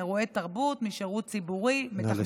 מאירועי תרבות, משירות ציבורי, נא לסיים.